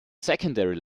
secondary